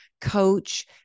coach